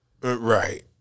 Right